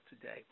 today